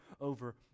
over